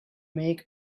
make